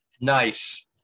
Nice